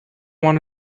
want